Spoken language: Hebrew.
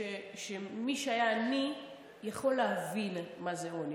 שמי שהיה עני יכול להבין מה זה עוני.